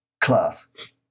class